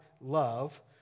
love